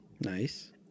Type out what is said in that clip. Nice